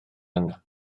yna